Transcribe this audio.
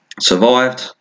Survived